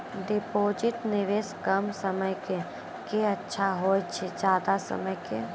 Deposit निवेश कम समय के के अच्छा होय छै ज्यादा समय के?